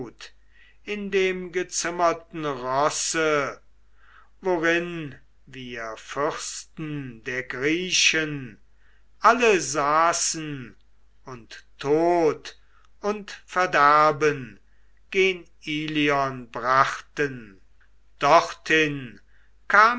in dem gezimmerten rosse worin wir fürsten der griechen alle saßen und tod und verderben gen ilion brachten dorthin